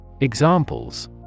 Examples